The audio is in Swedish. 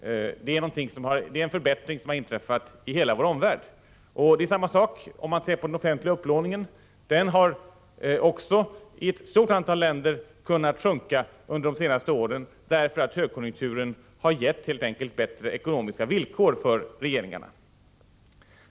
Det är en förbättring som har inträffat i hela vår omvärld. Det är samma sak med den offentliga upplåningen. Också den har i ett stort antal länder kunnat sjunka under de senaste åren därför att högkonjunkturen helt enkelt har givit bättre ekonomiska villkor för regeringarna.